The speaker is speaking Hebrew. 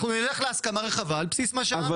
אנחנו נלך להסכמה רחבה על בסיס --- אבל